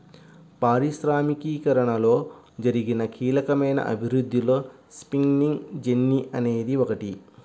పారిశ్రామికీకరణలో జరిగిన కీలకమైన అభివృద్ధిలో స్పిన్నింగ్ జెన్నీ అనేది ఒకటి